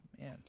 man